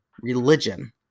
religion